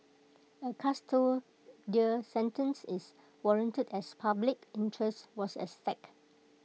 A custodial sentence is warranted as public interest was at stake